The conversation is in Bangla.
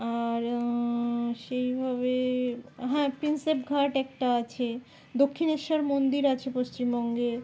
আর সেইভাবে হ্যাঁ প্রিন্সেপ ঘাট একটা আছে দক্ষিণেশ্বর মন্দির আছে পশ্চিমবঙ্গে